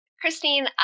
Christine